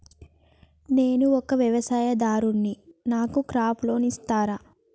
నేను ఒక వ్యవసాయదారుడిని నాకు క్రాప్ లోన్ ఇస్తారా?